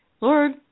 Lord